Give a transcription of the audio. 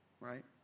Right